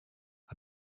are